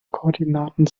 koordinaten